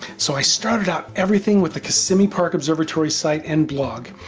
so i started out everything with the kissimmee park observatory site and blog,